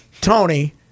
Tony